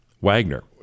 Wagner